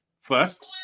first